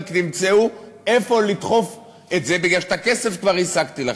רק תמצאו איפה לדחוף את זה בגלל שאת הכסף כבר השגתי לכם.